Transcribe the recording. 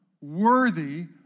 worthy